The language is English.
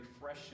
fresh